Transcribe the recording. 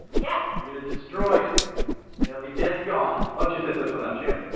yeah we're going to destroy it and it will be dead and gone. why don't you sit this one out champ,